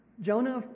Jonah